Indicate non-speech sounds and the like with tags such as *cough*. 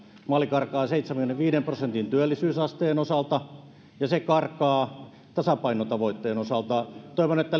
maali karkaa seitsemänkymmenenviiden prosentin työllisyysasteen osalta ja se karkaa tasapainotavoitteen osalta toivon että *unintelligible*